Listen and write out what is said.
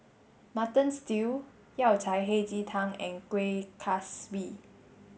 mutton stew Yao Cai Hei Ji Tang and Kueh Kaswi